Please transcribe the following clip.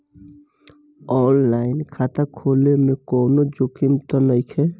आन line खाता खोले में कौनो जोखिम त नइखे?